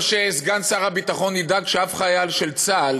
או שסגן שר הביטחון ידאג שאף חייל של צה"ל